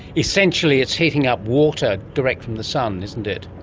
essentially it's heating up water direct from the sun, isn't it.